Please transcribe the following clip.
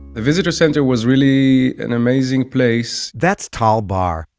the visitor's center was really an amazing place that's tal bar,